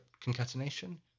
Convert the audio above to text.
concatenation